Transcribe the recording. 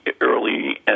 early